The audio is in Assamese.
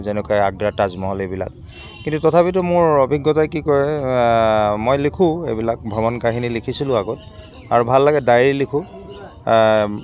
যেনেকৈ আগ্ৰা তাজমহল এইবিলাক কিন্তু তথাপিতো মোৰ অভিজ্ঞতা কি কয় মই লিখোঁ এইবিলাক ভ্ৰমণ কাহিনী লিখিছিলোঁ আগত আৰু ভাল লাগে ডায়েৰী লিখোঁ